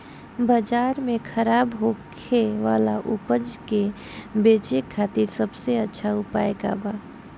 बाजार में खराब होखे वाला उपज के बेचे खातिर सबसे अच्छा उपाय का बा?